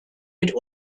mit